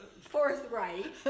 forthright